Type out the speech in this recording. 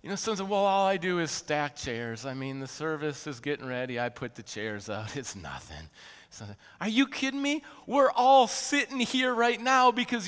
you know so the wall i do is stacked yours i mean the service is getting ready i put the chairs it's nothing are you kidding me we're all sitting here right now because